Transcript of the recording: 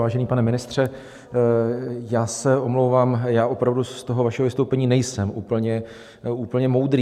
Vážený pane ministře, já se omlouvám, opravdu z toho vašeho vystoupení nejsem úplně moudrý.